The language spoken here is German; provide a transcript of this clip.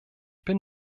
bin